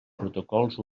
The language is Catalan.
protocols